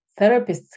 therapists